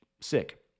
sick